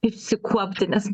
išsikuopti nes